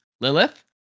Lilith